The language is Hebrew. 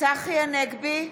צחי הנגבי,